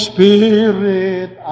Spirit